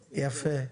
יפה.